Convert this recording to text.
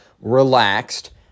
relaxed